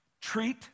Treat